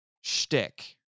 shtick